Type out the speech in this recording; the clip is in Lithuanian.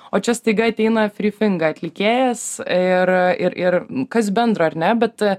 o čia staiga ateina fri finga atlikėjas ir ir ir kas bendro ar ne bet